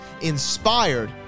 inspired